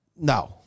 No